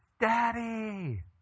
Daddy